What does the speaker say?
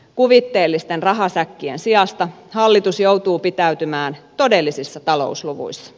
kuvitteellisten rahasäkkien sijasta hallitus joutuu pitäytymään todellisissa talousluvuissa